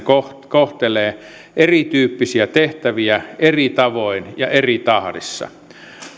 kohtelee erityyppisiä tehtäviä eri tavoin ja eri tahdissa